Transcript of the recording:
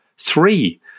Three